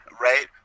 Right